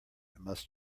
must